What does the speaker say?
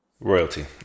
Royalty